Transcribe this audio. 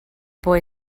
boy